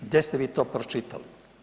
Gdje ste vi to pročitali?